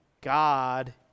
God